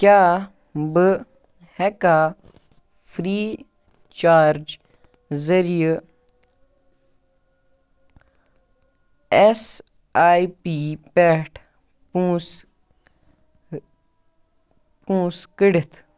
کیٛاہ بہٕ ہٮ۪کا فرٛی چارج ذٔریعہٕ اٮ۪س آی پی پٮ۪ٹھ پونٛسہٕ پونٛسہٕ کٔڑِتھ